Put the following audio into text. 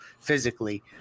physically